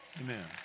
Amen